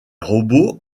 robots